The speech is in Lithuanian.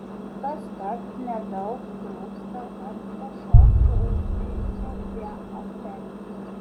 kaskart nedaug trūksta kad pašokčiau ir prieičiau prie ofelijos